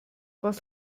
was